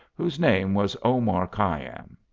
whose name was omar khayyam.